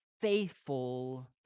faithful